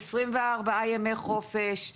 עשרים וארבעה ימי חופש,